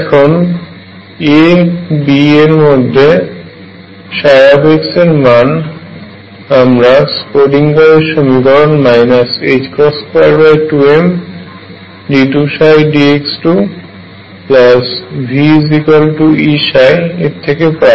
এখন a এবং b এর মধ্যে x এর মান আমরা স্ক্রোডিঙ্গারের সমীকরণ 22md2dxVEψ থেকে পাই